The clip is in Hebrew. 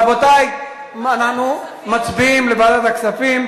רבותי, אנחנו מצביעים, לוועדת הכספים.